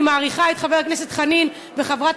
אני מעריכה את חבר הכנסת חנין וחברת